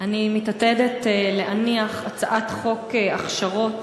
אני מתעתדת להניח הצעת חוק הכשרות